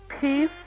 Peace